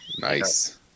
Nice